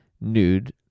nude